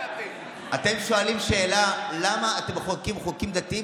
אתם שואלים שאלה: למה אתם מחוקקים חוקים דתיים?